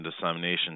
dissemination